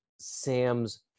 sam's